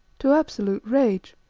to absolute rage.